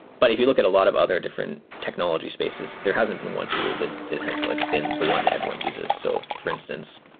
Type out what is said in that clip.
but if you look at a lot of other different technology spaces, there hasn t been one tool that that has like been the one that everyone uses. so for instance,